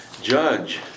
Judge